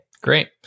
great